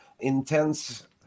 intense